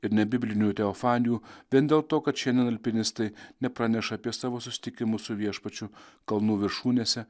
ir nebiblinių teofanijų vien dėl to kad šiandien alpinistai nepraneša apie savo susitikimus su viešpačiu kalnų viršūnėse